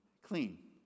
clean